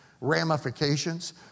ramifications